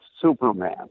Superman